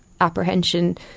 apprehension